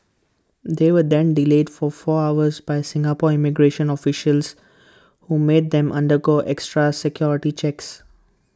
they were then delayed for four hours by Singapore immigration officials who made them undergo extra security checks